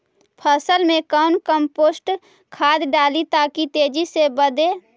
फसल मे कौन कम्पोस्ट खाद डाली ताकि तेजी से बदे?